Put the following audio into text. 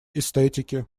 эстетики